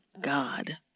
God